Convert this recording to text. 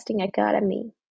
Academy